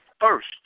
first